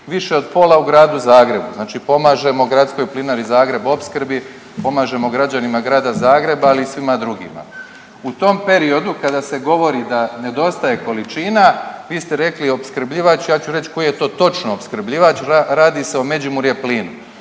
više od pola u gradu Zagrebu, znači pomažemo Gradskoj plinari Zagreb Opskrbi, pomažemo građanima grada Zagreba, ali i svima drugim. U tom periodu kada se govori da se nedostaje količina, vi ste rekli opskrbljivač, ja ću reći koji je to točno opskrbljivač, radi se o Međimurje plinu.